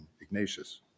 Ignatius